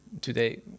today